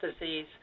disease